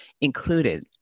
included